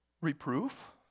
reproof